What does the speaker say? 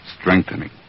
Strengthening